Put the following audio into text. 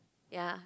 ya